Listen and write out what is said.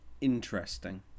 interesting